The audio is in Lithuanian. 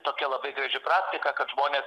tokia labai graži praktika kad žmonės